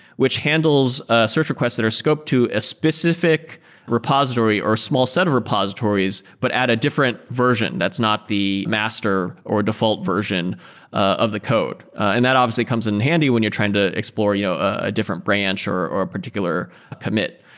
which handles search requests that are scoped to a specific repository or a small set of repositories, but at a different version that's not the master or default version of the code. and that obviously comes in handy when you're trying to explore you know a different branch or or a particular commit.